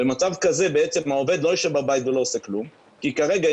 במצב כזה העובד לא יושב בבית ולא עושה כלום כרגע,